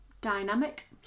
dynamic